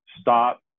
stop